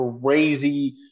crazy